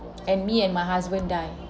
and me and my husband die